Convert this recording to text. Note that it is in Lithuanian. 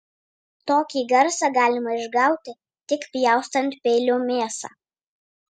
tokį garsą galima išgauti tik pjaustant peiliu mėsą